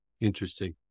Interesting